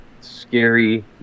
scary